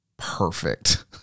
perfect